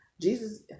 Jesus